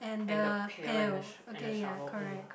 and the pail and the sh~ and the shovel mm